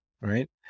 right